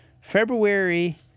February